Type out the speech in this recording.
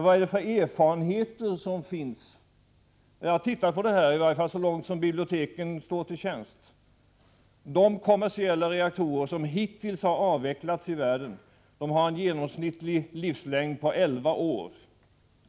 Vad är det för erfarenheter som finns på detta område? Jag har studerat det material som är tillgängligt, i alla fall så långt biblioteken står till tjänst. De kommersiella reaktorer — inte forskningsreaktorer — som hittills har avvecklats i världen har haft en genomsnittlig livslängd på elva år.